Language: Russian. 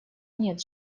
нет